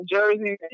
Jersey